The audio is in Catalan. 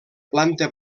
planta